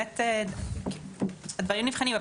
הדברים נבחנים,